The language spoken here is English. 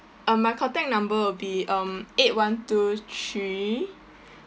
uh my contact number will be um eight one two three